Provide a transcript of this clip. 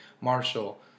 Marshall